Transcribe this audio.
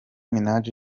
minaj